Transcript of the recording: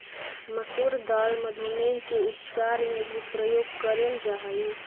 मसूर दाल मधुमेह के उपचार में भी प्रयोग करेल जा हई